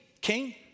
King